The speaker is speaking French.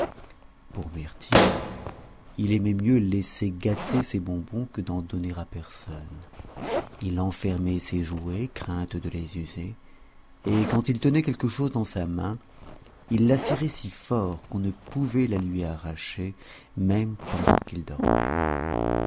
pour mirtil il aimait mieux laisser gâter ses bonbons que d'en donner à personne il enfermait ses jouets crainte de les user et quand il tenait quelque chose dans sa main il la serrait si fort qu'on ne pouvait la lui arracher même pendant qu'il dormait